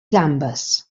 gambes